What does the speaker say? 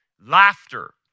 Laughter